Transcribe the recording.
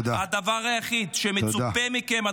הדבר היחיד שמצופה מכם,